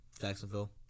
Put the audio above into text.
Jacksonville